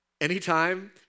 Anytime